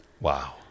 Wow